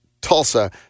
Tulsa